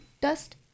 dust